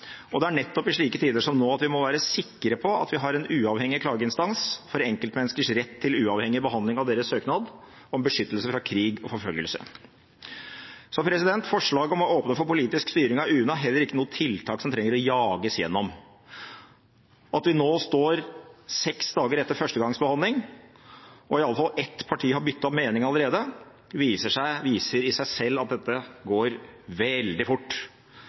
Og det er nettopp i slike tider som nå at vi må være sikre på at vi har en uavhengig klageinstans for enkeltmenneskers rett til uavhengig behandling av sin søknad om beskyttelse fra krig og forfølgelse. Forslaget om å åpne for politisk styring av UNE er heller ikke noe tiltak som trenger å jages gjennom. At vi nå står her tre dager etter førstegangs behandling og i alle fall ett parti har byttet mening allerede, viser i seg selv at dette går veldig fort.